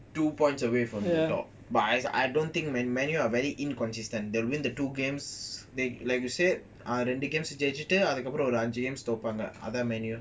they won't be top of the table they will be two points away from the top but but I don't think man U are very inconsistent they will win the two games like you said ஜெய்ச்சிட்டுஒருஅஞ்சுதோப்பாங்கஅதான்:jeichitu oru anju thopanga adhan man U